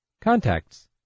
Contacts